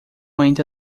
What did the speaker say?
ainda